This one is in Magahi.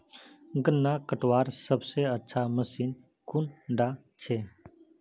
गन्ना कटवार सबसे अच्छा मशीन कुन डा छे?